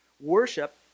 Worship